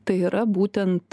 tai yra būtent